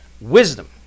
Wisdom